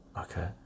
okay